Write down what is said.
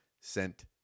sent